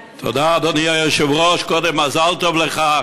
תודה, אדוני היושב-ראש, קודם, מזל טוב לך.